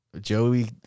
Joey